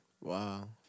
Wow